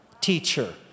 teacher